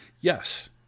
Yes